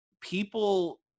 people